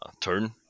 turn